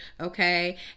Okay